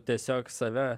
tiesiog save